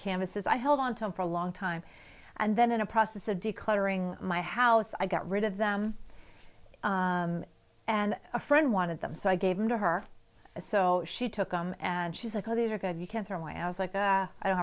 canvases i held onto him for a long time and then in a process of declaring my house i got rid of them and a friend wanted them so i gave them to her so she took them and she's like oh these are good you can't throw away i was like i don't